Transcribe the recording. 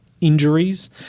injuries